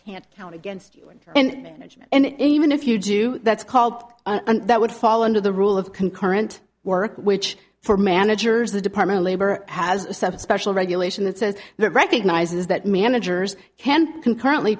can't count against you and and management and even if you do that's called and that would fall under the rule of concurrent work which for managers the department of labor has a seven special regulation that says that recognizes that managers can concurrently